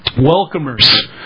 welcomers